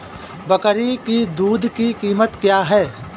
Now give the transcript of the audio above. बकरी की दूध की कीमत क्या है?